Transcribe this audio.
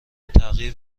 تغییر